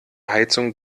heizung